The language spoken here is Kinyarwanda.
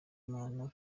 imana